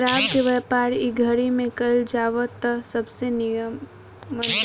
शराब के व्यापार इ घड़ी में कईल जाव त सबसे निमन रहेला